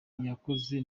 yakoze